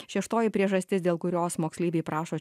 šeštoji priežastis dėl kurios moksleiviai prašo